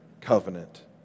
covenant